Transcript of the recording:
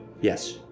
Yes